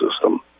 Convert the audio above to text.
system